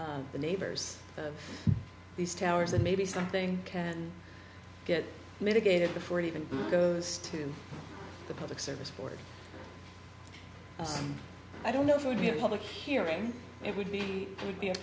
from the neighbors of these towers and maybe something can get mitigated before it even goes to the public service board i don't know if it would be a public hearing it would be to be a